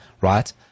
right